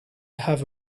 have